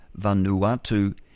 Vanuatu